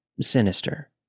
sinister